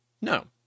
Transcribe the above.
No